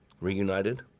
reunited